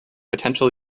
potential